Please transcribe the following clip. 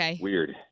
weird